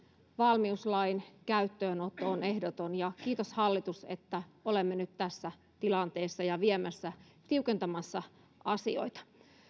valmiuslain käyttöönotto on ehdoton ja kiitos hallitus että olemme nyt tässä tilanteessa ja tiukentamassa asioita meitä